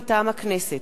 מטעם הכנסת: